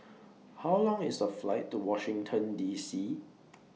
How Long IS The Flight to Washington D C